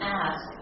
ask